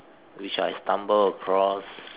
which I stumble across